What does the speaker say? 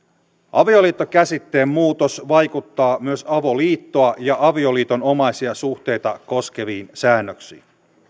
avioliittokäsitteen muutos vaikuttaa myös avoliittoa ja avioliitonomaisia suhteita koskeviin säännöksiin